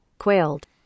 Quailed